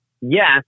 yes